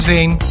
Veen